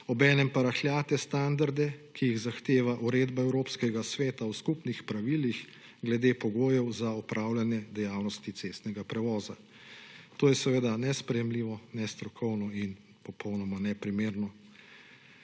obenem pa rahljate standarde, ki jih zahteva uredba evropskega sveta o skupnih pravilih glede pogojev za upravljanje dejavnosti cestnega prevoza. To je nesprejemljivo, nestrokovno in popolnoma neprimerno.